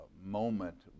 moment